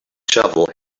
shovel